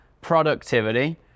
productivity